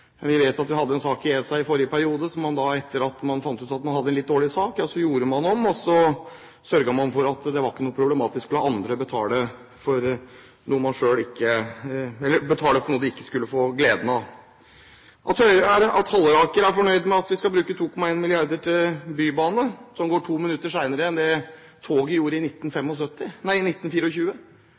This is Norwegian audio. Vi vet at vi hadde en sak i ESA i forrige periode, som man, etter at man fant ut at man hadde en litt dårlig sak, gjorde om og sørget for at det ikke ble problematisk å la andre betale for noe de ikke skulle få gleden av. At Halleraker er fornøyd med at vi skal bruke 2,1 mrd. kr til Bybanen som går to minutter senere enn det toget gjorde i